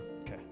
Okay